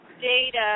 data